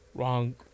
Wrong